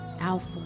Alpha